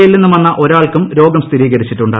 യിൽ നിന്നും വന്ന ഒരാൾക്കും രോഗം സ്ഥിരീകരിച്ചിട്ടുണ്ട്